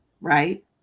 right